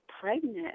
pregnant